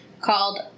called